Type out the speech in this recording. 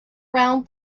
round